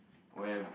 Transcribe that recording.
where